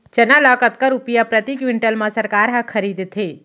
चना ल कतका रुपिया प्रति क्विंटल म सरकार ह खरीदथे?